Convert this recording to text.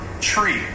tree